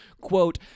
Quote